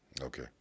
Okay